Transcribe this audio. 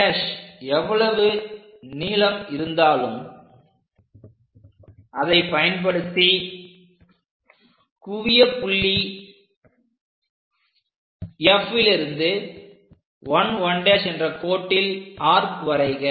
11' எவ்வளவு நீளம் இருந்தாலும் அதை பயன்படுத்தி குவிய புள்ளி F லிருந்து 11' என்ற கோட்டில் ஆர்க் வரைக